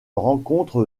rencontre